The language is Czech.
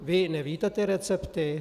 Vy nevíte ty recepty?